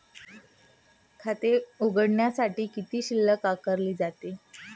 खाते उघडण्यासाठी किती शुल्क आकारले जाते?